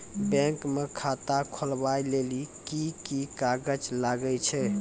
Bank म खाता खोलवाय लेली की की कागज लागै छै?